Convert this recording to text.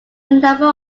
number